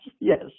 yes